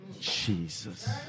Jesus